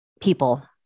people